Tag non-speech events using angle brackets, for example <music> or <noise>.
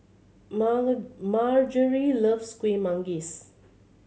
<unintelligible> Margery loves Kuih Manggis